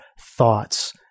thoughts